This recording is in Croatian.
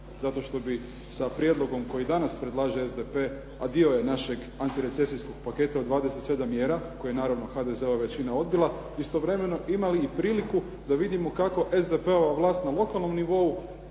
zato što bi sa prijedlogom koji danas predlaže SDP a dio je našeg antirecesijskog paketa od 27 mjera, koje je naravno HDZ većina odbila, istovremeno imali i priliku da vidimo kako SDP-ova vlast na lokalnom nivou